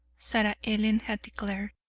sarah ellen had declared.